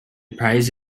prize